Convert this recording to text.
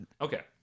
okay